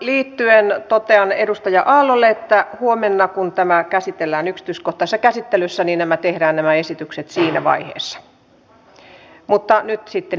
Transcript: tähän liittyen totean edustaja aallolle että huomenna kun tämä käsitellään yksityiskohtaisessa käsittelyssä nämä esitykset tehdään siinä vaiheessa